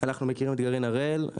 אנחנו מכירים את גרעין הראל.